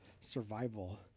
survival